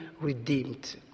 redeemed